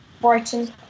Brighton